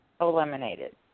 eliminated